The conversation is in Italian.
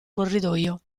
corridoio